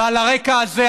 ועל הרקע הזה,